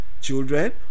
children